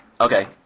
Okay